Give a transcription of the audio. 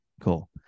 cool